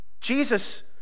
jesus